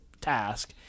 task